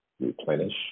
replenish